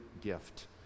gift